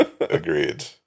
Agreed